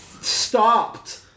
stopped